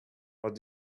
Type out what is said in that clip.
what